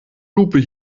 lupe